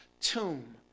tomb